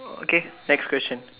okay next question